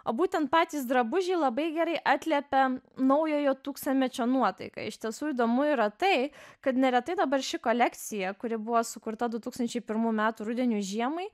o būtent patys drabužiai labai gerai atliepia naujojo tūkstantmečio nuotaiką iš tiesų įdomu yra tai kad neretai dabar ši kolekcija kuri buvo sukurta du tūkstančiai pirmų metų rudeniui žiemai